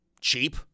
cheap